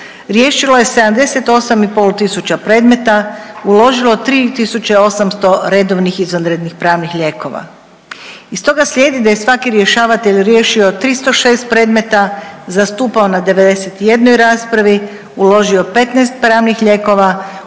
Riješilo je 78 i pol tisuća predmeta. Uložilo 3 tisuće 800 redovnih i izvanrednih pravnih lijekova. Iz toga slijedi da je svaki rješavatelj riješio 306 predmeta, zastupao na 91 raspravi, uložio 15 pravnih lijekova